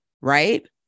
right